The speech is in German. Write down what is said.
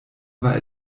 war